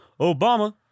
Obama